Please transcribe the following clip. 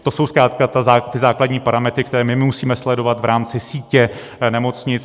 To jsou zkrátka ty základní parametry, které musíme sledovat v rámci sítě nemocnic.